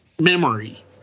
memory